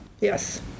Yes